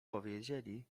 powiedzieli